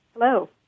Hello